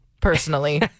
personally